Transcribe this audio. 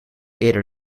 eerder